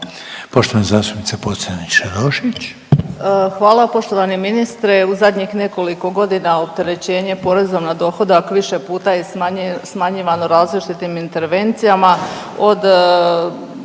**Pocrnić-Radošević, Anita (HDZ)** Hvala poštovani ministre. U zadnjih nekoliko godina opterećenje porezom na dohodak više puta je smanjivano različitim intervencijama.